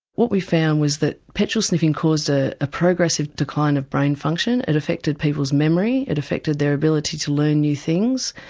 what we found was that petrol sniffing caused a ah progressive decline of brain function, it affected people's memory, it affected their ability to learn new things,